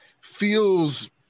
feels